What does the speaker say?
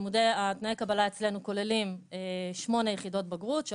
תנאי הקבלה אצלנו כוללים שמונה יחידות בגרות,